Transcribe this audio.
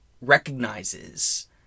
Recognizes